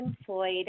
employed